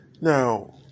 Now